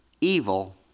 evil